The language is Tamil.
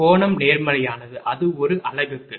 கோணம் நேர்மறையானது அது ஒரு அலகுக்கு